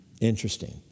Interesting